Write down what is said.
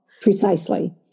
Precisely